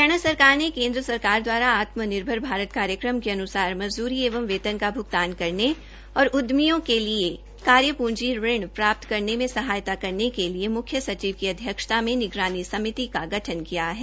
हरियाणा सरकार ने केन्द्र सरकार द्वारा आत्म निर्भर भारतकार्यक्रम के अन्सार मजदूरी एवं वेतन का भूगतान करने तथा उद्यमियों के लिए कार्य पूंजी ऋण प्राप्त करने में सहायता के लिए मुख्य सचिव की अध्यक्षता में निगरानी समिति का गठन किया है